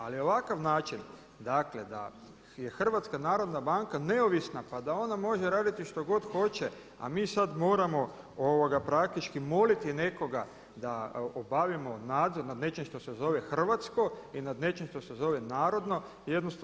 Ali ovakav način dakle da je HNB neovisna pa da ona može raditi što god hoće a mi sad moramo praktički moliti nekoga da obavimo nadzor nad nečim što se zove hrvatsko i nad nečim što se zove narodno jednostavno ne stoji.